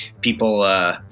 people